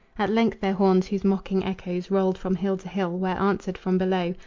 at length their horns, whose mocking echoes rolled from hill to hill, were answered from below,